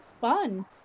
fun